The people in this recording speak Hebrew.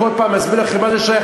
אם אני כל פעם אסביר לכם מה זה שייך,